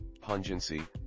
pungency